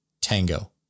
Tango